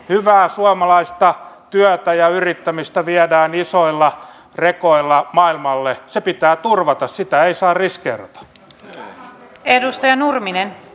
hyvää suomalaista työtä ja yrittämistä viedään isoilla rekoilla maailmalle se pitää turvata sitä ei saa riskeerata enosta ja nurmi ne